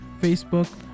Facebook